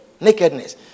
Nakedness